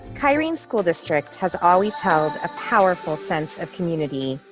kyrene school district has always held a powerful sense of community,